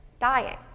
dying